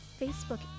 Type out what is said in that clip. Facebook